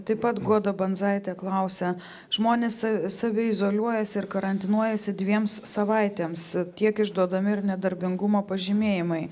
taip pat guoda bandzaitė klausia žmonės saviizoliuojasi ir karantinuojasi dviems savaitėms tiek išduodami ir nedarbingumo pažymėjimai